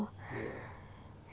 ya